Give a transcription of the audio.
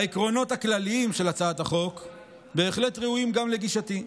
העקרונות הכלליים של הצעת החוק בהחלט ראויים גם לגישתי.